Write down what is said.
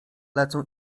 lecą